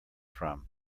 from